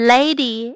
Lady